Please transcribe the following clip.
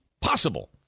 possible